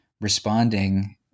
responding